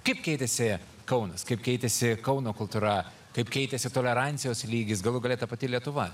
kaip keitėsi kaunas kaip keitėsi kauno kultūra kaip keitėsi tolerancijos lygis galų gale ta pati lietuva